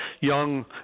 young